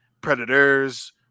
Predators